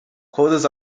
quotas